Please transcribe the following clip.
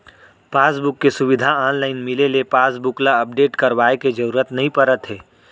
passbook के सुबिधा online मिले ले पासबुक ल अपडेट करवाए के जरूरत नइ परत हे